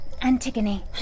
Antigone